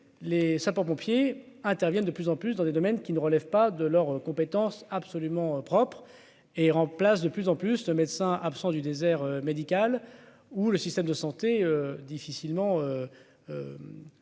les sapeurs pompiers interviennent de plus en plus dans des domaines qui ne relèvent pas de leur compétence absolument propre et ils remplace de plus en plus de médecins, absent du désert médical ou le système de santé difficilement